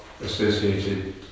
associated